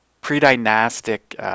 pre-dynastic